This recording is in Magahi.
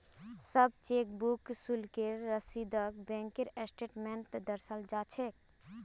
सब चेकबुक शुल्केर रसीदक बैंकेर स्टेटमेन्टत दर्शाल जा छेक